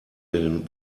den